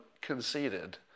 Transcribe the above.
conceded